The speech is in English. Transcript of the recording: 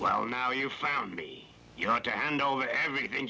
well now you found me you got to hand over everything